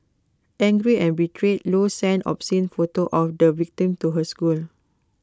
angry and betrayed low sent obscene photos of the victim to her school